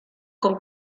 con